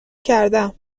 کردم